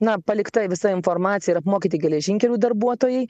na palikta visa informacija ir apmokyti geležinkelių darbuotojai